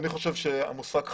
אני חושב שהמושג חטיפה,